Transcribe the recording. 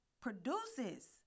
produces